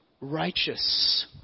righteous